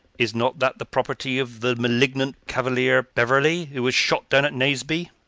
is not that the property of the malignant cavalier beverley, who was shot down at naseby?